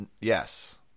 Yes